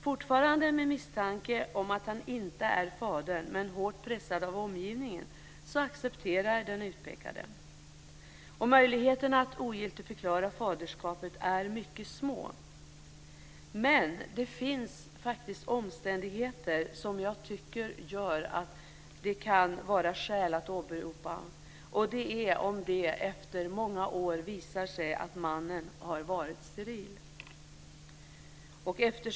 Fortfarande med misstanke om att han inte är fadern, men hårt pressad av omgivningen, accepterar den ut utpekade faderskapet. Möjligheterna att ogiltigförklara faderskapet är mycket små. Men det finns faktiskt en omständighet som jag tycker att det kan finnas skäl att åberopa, och det är om det efter många år visar sig att mannen har varit steril.